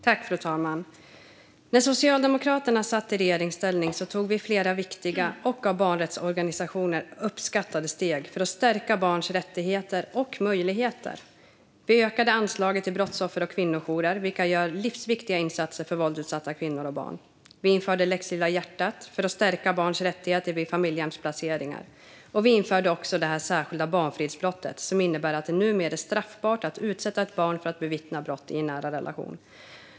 Fru talman! När Socialdemokraterna satt i regeringsställning tog vi flera viktiga och av barnrättsorganisationer uppskattade steg för att stärka barns rättigheter och möjligheter. Vi ökade anslaget till brottsoffer och kvinnojourer, vilka gör livsviktiga insatser för våldsutsatta kvinnor och barn. Vi införde lex Lilla hjärtat för att stärka barns rättigheter vid familjehemsplaceringar. Vi införde också det särskilda barnfridsbrottet, som innebär att det numera är straffbart att utsätta ett barn för att bevittna brott i en nära relation.